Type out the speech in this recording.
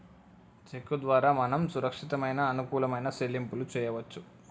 చెక్కు ద్వారా మనం సురక్షితమైన అనుకూలమైన సెల్లింపులు చేయవచ్చు